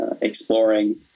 exploring